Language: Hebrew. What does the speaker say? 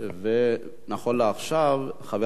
חבר הכנסת ג'מאל זחאלקה ביקש עמדה אחרת,